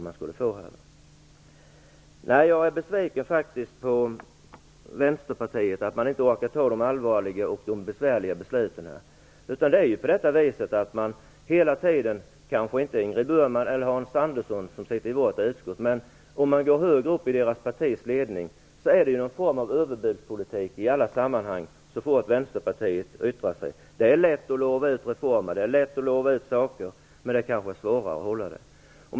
Jag är faktiskt besviken över att Vänsterpartiet inte orkar ta de allvarliga och besvärliga besluten i detta sammanhang. Det blir i alla sammanhang där Vänsterpartiet yttrar sig en form av överbudspolitik. Det gäller kanske inte Ingrid Burman och Hans Andersson, som sitter i vårt utskott, men högre upp i partiets ledning blir det så. Det är lätt att lova ut reformer, men det är svårare att hålla löftena.